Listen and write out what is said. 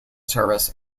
service